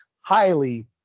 highly